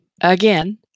again